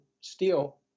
steel